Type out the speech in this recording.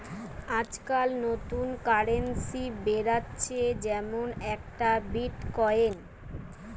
আজকাল নতুন কারেন্সি বেরাচ্ছে যেমন একটা বিটকয়েন